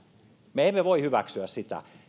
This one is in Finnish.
me emme voi hyväksyä sitä